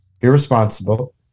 irresponsible